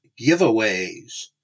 giveaways